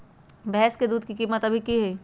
भैंस के दूध के कीमत अभी की हई?